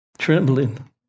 Trembling